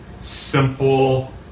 simple